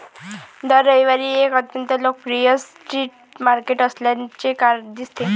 दर रविवारी एक अत्यंत लोकप्रिय स्ट्रीट मार्केट असल्याचे दिसते